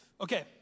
Okay